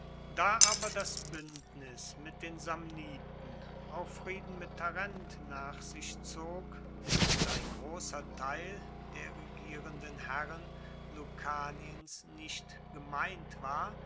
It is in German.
da aber das buendnis mit den samniten auch frieden mit tarent nach sich zog und ein grosser teil der regierenden herren lucaniens nicht gemeint war